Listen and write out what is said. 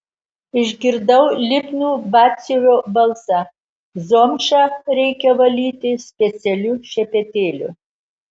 išgirdau lipnų batsiuvio balsą zomšą reikia valyti specialiu šepetėliu